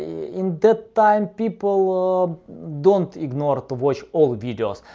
in that time people, um don't ignore to watch all videos,